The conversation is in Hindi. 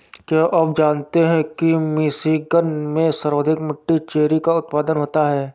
क्या आप जानते हैं कि मिशिगन में सर्वाधिक मीठी चेरी का उत्पादन होता है?